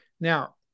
Now